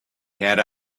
had